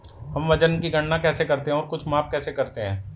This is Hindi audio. हम वजन की गणना कैसे करते हैं और कुछ माप कैसे करते हैं?